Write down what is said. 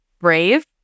brave